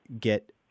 get